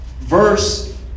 verse